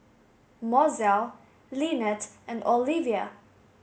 Mozell Lynnette and Oliva